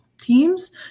teams